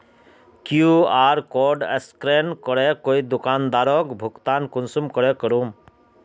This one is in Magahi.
कियु.आर कोड स्कैन करे कोई दुकानदारोक भुगतान कुंसम करे करूम?